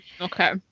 Okay